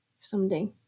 someday